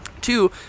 Two